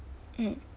mm